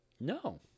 no